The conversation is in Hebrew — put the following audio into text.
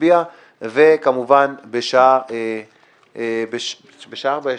נצביע וכמובן בשעה 16:00 המליאה.